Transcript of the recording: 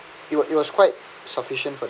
it was it was quite sufficient for the